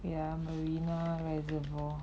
wait ah marina reservoir